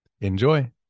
Enjoy